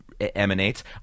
emanates